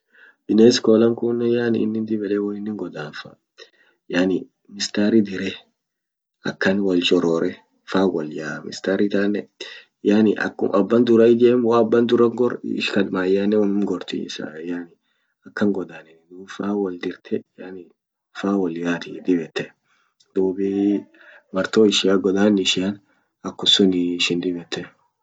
Bines kolan kunen yani innin dib yede woinnin gadanf yani mstari diree akan wol chorore fan wol yaa mstari tanen yani akum aba dura ijem wo aba dura gor ka mayeanen onum gorti yani akan godanani dum fan wol dirte yani fan wol yaati dib yette duubi marto ishia godan ishia akum sunii ishin dib yette.